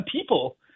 people